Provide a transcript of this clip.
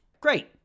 Great